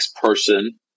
person